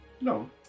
No